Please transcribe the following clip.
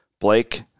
Blake